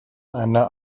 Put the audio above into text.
eine